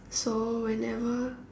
so whenever